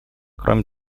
кроме